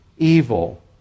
evil